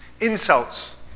insults